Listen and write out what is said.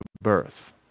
birth